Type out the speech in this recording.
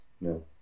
No